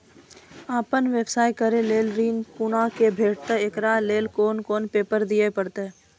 आपन व्यवसाय करै के लेल ऋण कुना के भेंटते एकरा लेल कौन कौन पेपर दिए परतै?